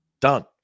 Done